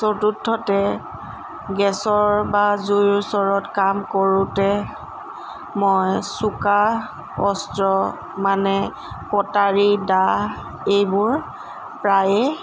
চতুৰ্থতে গেছৰ বা জুইৰ ওচৰত কাম কৰোঁতে মই চোকা অস্ত্ৰ মানে কটাৰী দা এইবোৰ প্ৰায়েই